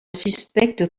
suspecte